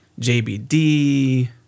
JBD